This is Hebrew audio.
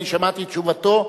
אני שמעתי את תשובתו,